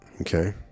Okay